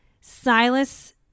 Silas